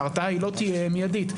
וההרתעה לא תהיה מיידית.